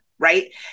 right